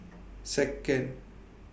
Second